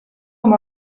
com